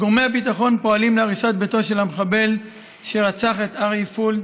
גורמי הביטחון פועלים להריסת ביתו של המחבל שרצח את ארי פולד,